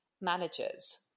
managers